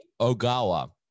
ogawa